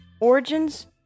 origins